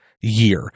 year